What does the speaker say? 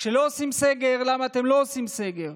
כשלא עושים סגר, למה אתם לא עושים סגר?